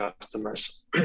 customers